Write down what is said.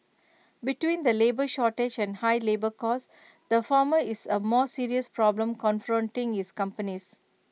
between the labour shortage and high labour costs the former is A more serious problem confronting his companies